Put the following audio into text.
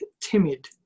timid